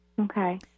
Okay